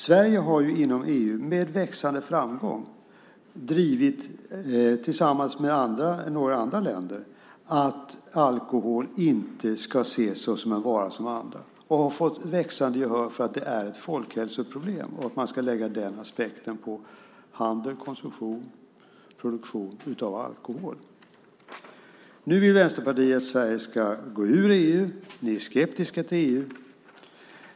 Sverige har inom EU, tillsammans med några andra länder, med växande framgång drivit att alkohol inte ska ses som en vara som andra och har fått växande gehör för att det är ett folkhälsoproblem och att man ska lägga den aspekten på handel, konsumtion och produktion av alkohol. Nu vill Vänsterpartiet att Sverige ska gå ur EU. Ni är skeptiska till EU.